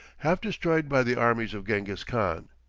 half destroyed by the armies of gengis-khan.